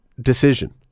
decision